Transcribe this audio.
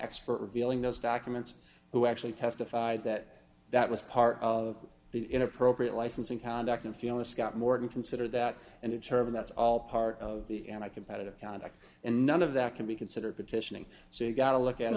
expert revealing those documents who actually testified that that was part of the inappropriate licensing conduct and feeling scott morton consider that a new term that's all part of the and i competitive conduct and none of that can be considered petitioning so you've got to look at i